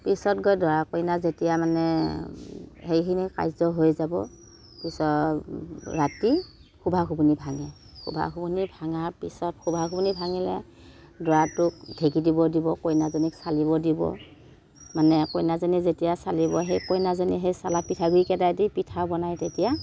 পিছত গৈ দৰা কইনা যেতিয়া মানে সেইখিনি কাৰ্য্য় হৈ যাব পিছত ৰাতি খোবাখোবনি ভাঙে খোবাখোবনি ভাঙাৰ পিছত খোবাখোবনি ভাঙিলে দৰাটোক ঢেঁকি দিব দিব কইনাজনীক চালিব দিব মানে কইনাজনী যেতিয়া চালিব সেই কইনাজনী সেই চালা পিঠা গুৰিকেইটা দি পিঠাও বনায় তেতিয়া